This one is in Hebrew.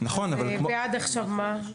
ועד עכשיו מה?